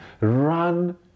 Run